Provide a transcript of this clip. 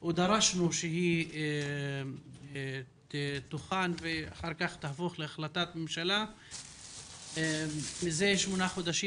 או דרשנו שהיא תוכן ואחר כך תהפוך להחלטת ממשלה ומזה שמונה חודשים